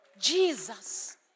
Jesus